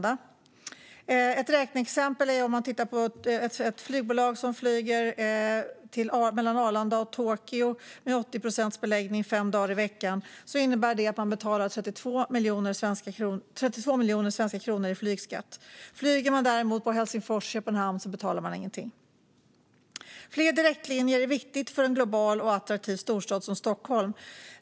Jag ska ge ett räkneexempel. Ett flygbolag som flyger mellan Arlanda och Tokyo med 80 procents beläggning fem dagar i veckan betalar 32 miljoner svenska kronor i flygskatt. Flyger man däremot från Helsingfors och Köpenhamn betalar man ingenting. Fler direktlinjer är viktiga för en global och attraktiv storstad som Stockholm.